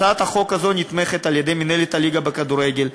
הצעת החוק הזו נתמכת על-ידי מינהלת הליגה בכדורגל,